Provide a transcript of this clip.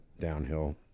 downhill